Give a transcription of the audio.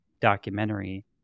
documentary